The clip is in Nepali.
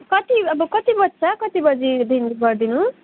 कति अब कति बज्छ कति बजीदिन गरिदिनु